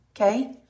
okay